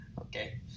Okay